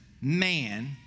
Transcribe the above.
man